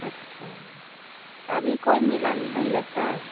अच्छा अभी कोई मेला नहीं लगता है